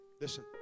Listen